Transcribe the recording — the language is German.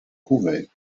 kuwait